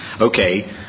okay